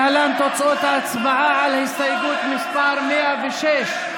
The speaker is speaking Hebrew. להלן תוצאות ההצבעה על הסתייגות מס' 106: